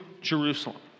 Jerusalem